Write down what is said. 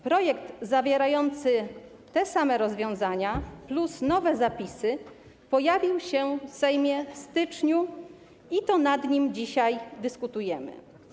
Projekt zawierający te same rozwiązania plus nowe zapisy pojawił się w Sejmie w styczniu i to nad nim dzisiaj dyskutujemy.